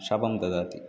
शापं ददाति